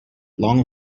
long